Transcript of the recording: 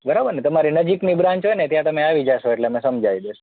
બરાબર ને તમારી નજીકની બ્રાન્ચ હોય ને ત્યાં તમે આવી જશો એટલે અમે સમજાવી દઈશું